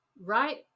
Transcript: right